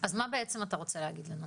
אז מה בעצם אתה רוצה להגיד לנו?